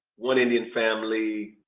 one indian family,